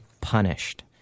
punished